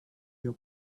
your